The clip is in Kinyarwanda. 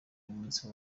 umunsi